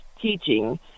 teaching